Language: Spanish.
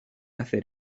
hacer